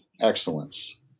excellence